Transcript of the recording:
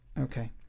okay